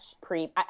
pre